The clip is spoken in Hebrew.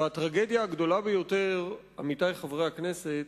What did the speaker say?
והטרגדיה הגדולה ביותר, עמיתי חברי הכנסת,